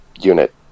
unit